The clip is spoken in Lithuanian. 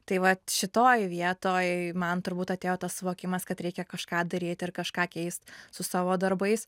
tai va šitoj vietoj man turbūt atėjo tas suvokimas kad reikia kažką daryt ir kažką keist su savo darbais